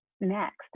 next